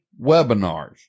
webinars